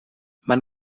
man